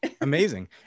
Amazing